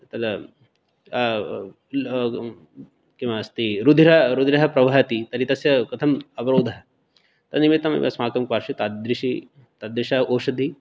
तद् किमस्ति रुधिर रुधिरः प्रवहति तर्हि तस्य कथम् अवरोधः तन्निमित्तम् अस्माकं पार्श्वे तादृशी तादृश्यः औषधी